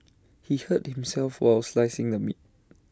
he hurt himself while slicing the meat